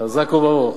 חזק וברוך,